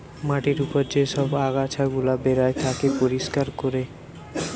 মাটির উপর যে সব আগাছা গুলা বেরায় তাকে পরিষ্কার কোরে